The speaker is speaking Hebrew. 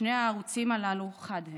שני הערוצים הללו חד הם.